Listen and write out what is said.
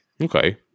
Okay